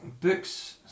books